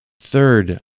Third